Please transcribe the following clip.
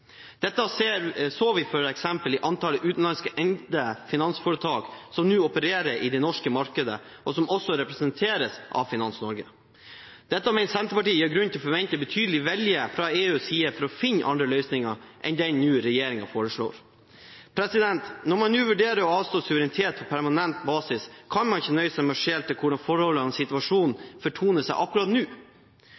Dette så vi f.eks. i antallet utenlandskeide finansforetak som nå opererer i det norske markedet, og som også representeres av Finans Norge. Dette mener Senterpartiet gir grunn til å forvente en betydelig vilje fra EUs side for å finne andre løsninger enn den regjeringen nå foreslår. Når man nå vurderer å avstå suverenitet på permanent basis, kan man ikke nøye seg med å skjele til hvordan forholdene er og